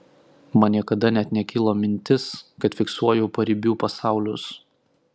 man niekada net nekilo mintis kad fiksuoju paribių pasaulius